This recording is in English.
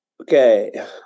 Okay